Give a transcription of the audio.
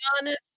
honest